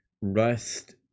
Rust